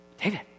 David